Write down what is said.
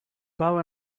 bow